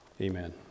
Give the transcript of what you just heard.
amen